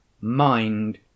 mind